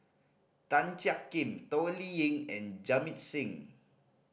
Tan Jiak Kim Toh Liying and Jamit Singh